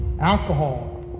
alcohol